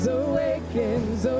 awakens